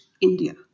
India